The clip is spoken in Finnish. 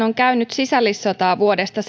on käynyt sisällissotaa vuodesta